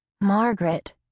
Margaret